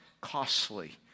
costly